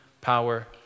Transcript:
power